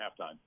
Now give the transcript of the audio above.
halftime